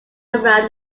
around